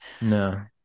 No